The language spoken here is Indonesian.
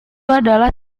adalah